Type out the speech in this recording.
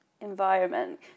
environment